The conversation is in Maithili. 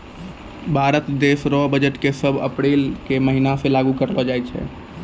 भारत देश रो बजट के सब साल अप्रील के महीना मे लागू करलो जाय छै